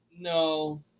no